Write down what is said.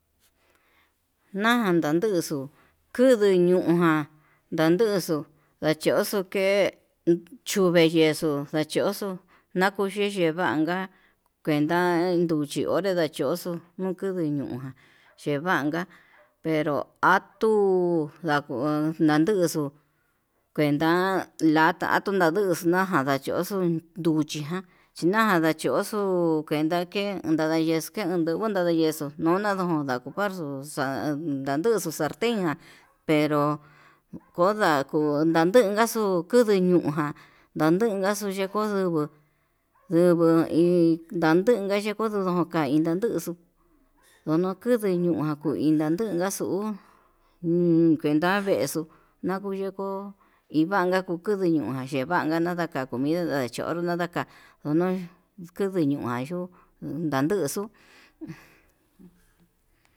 Naján kanduxu kundu ñuján, ndaduxu ndachoxo ke'e chuu veyexo ndachoxo nakuyeye vanka kuenta onré ndachoxo nukunde ño'o na chevanka pero atuu ndaku nañunxu, kuenta lata nanduxu no'o ján ndachoxo nruchiján chinja ndachoxu kuu kuenta ke nadayoxo ke'e ndungu nadayexuu nunadun nakuparxo va'a ndaduxu salten ján, pero konda kuu nandunkaxuu kuduu ñuu ján ndandunkaxuu ndeko yunguu nduguu iin nda'a ndanduka chikondoina, chinduxu ndondu kuan uña'a kuini ndandukan xuu kuenta vexuu nakuyeku invanka kuu kundu ñoka'a yevanka nakaka comida na'a ndachonro nadaka kono kunduu ño'a yo'o ndanduxuu.